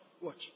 watch